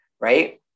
right